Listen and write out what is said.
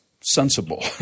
sensible